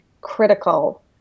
critical